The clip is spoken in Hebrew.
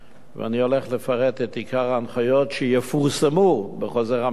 אני הולך לפרט את עיקר ההנחיות שיפורסמו בחוזר המנכ"ל.